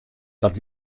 dat